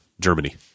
Germany